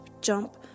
jump